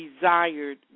desired